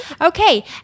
okay